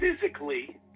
physically